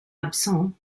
absent